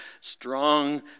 Strong